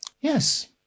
Yes